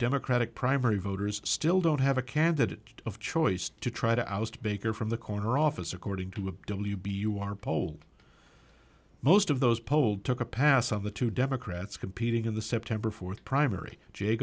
democratic primary voters still don't have a canned that of choice to try to oust baker from the corner office according to a w b u r poll most of those polled took a pass on the two democrats competing in the september fourth primary j